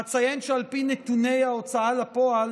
אציין שעל פי נתוני ההוצאה לפועל,